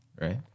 right